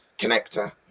connector